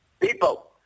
People